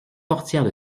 portières